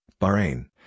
Bahrain